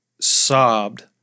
sobbed